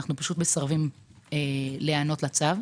אנחנו מסרבים להיענות לצו,